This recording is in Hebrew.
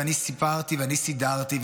ואני סיפרתי ואני סידרתי,